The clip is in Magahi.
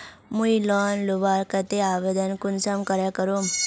मुई लोन लुबार केते आवेदन कुंसम करे करूम?